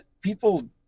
people